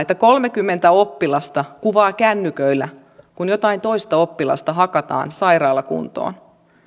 että kolmekymmentä oppilasta kuvaa kännyköillä kun jotain toista oppilasta hakataan sairaalakuntoon